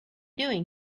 doing